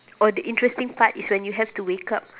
or the interesting part is when you have to wake up